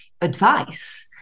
advice